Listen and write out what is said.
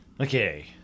okay